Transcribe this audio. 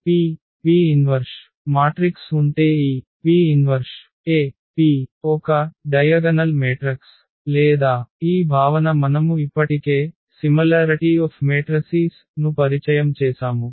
P P inverse matrix ఉంటే ఈ P 1AP ఒక వికర్ణ మాతృక లేదా ఈ భావన మనము ఇప్పటికే మాత్రికల సారూప్యత ను పరిచయం చేసాము